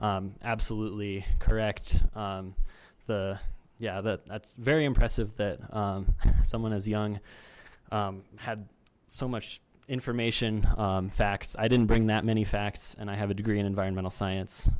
absolutely correct the yeah that that's very impressive that someone as young had so much information facts i didn't bring that many facts and i have a degree in environmental science